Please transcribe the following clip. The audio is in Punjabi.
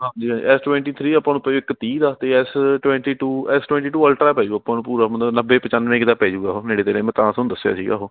ਹਾਂਜੀ ਹਾਂਜੀ ਐੱਸ ਟਵੈਂਟੀ ਥ੍ਰੀ ਆਪਾਂ ਨੂੰ ਪਏਗਾ ਇੱਕ ਤੀਹ ਦਾ ਤੇ S twenty two S twenty two ultra ਪੈ ਜਾਉ ਆਪਾਂ ਨੂੰ ਪੂਰਾ ਮਤਲਵ ਨੱਬੇ ਪਚਾਨਵੇਂ ਕੁ ਦਾ ਪੈ ਜਾਉਗਾ ਉਹ ਨੇੜੇ ਤੇੜੇ ਮੈਂ ਤਾਂ ਤੁਹਾਨੂੰ ਦੱਸਿਆ ਸੀਗਾ ਉਹ